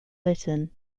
lytton